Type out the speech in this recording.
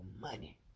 money